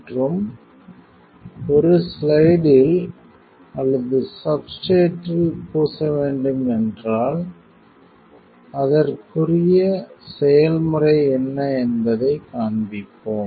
மற்றும் ஒரு ஸ்லைடில் அல்லது சப்ஸ்ட்ரேட்டில் பூச வேண்டும் என்றால் அதற்குரிய செயல்முறை என்ன என்பதை காண்பிப்போம்